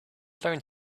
learned